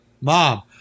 Mom